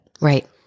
Right